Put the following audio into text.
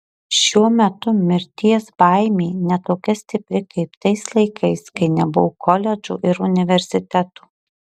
šiuo metu mirties baimė ne tokia stipri kaip tais laikais kai nebuvo koledžų ir universitetų